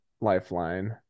lifeline